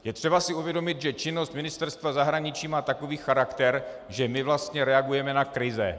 Je třeba si uvědomit, že činnost Ministerstva zahraničí má takový charakter, že vlastně reagujeme na krize.